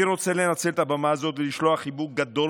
אני רוצה לנצל את הבמה הזאת ולשלוח חיבוק גדול